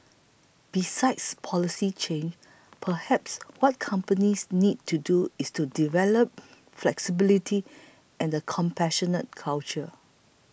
besides policy change perhaps what companies need to do is to develop flexibility and a compassionate culture